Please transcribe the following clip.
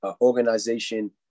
organization